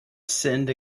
sinned